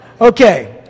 Okay